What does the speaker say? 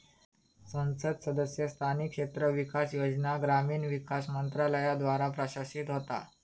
संसद सदस्य स्थानिक क्षेत्र विकास योजना ग्रामीण विकास मंत्रालयाद्वारा प्रशासित होता